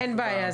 אין בעיה,